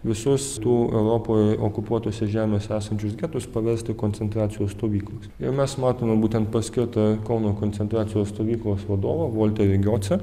visus tų europoje okupuotose žemėse esančius getus paversti į koncentracijų stovyklas ir mes matome būtent paskirtą kauno koncentracijos stovyklos vadovą volterį giocę